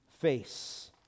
face